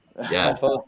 yes